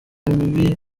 mibi